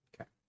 okay